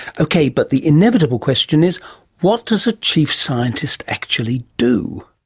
okay, but the inevitable question is what does a chief scientist actually do?